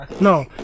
No